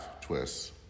twists